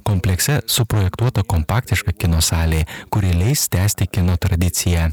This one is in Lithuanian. komplekse suprojektuota kompaktiška kino salė kuri leis tęsti kino tradiciją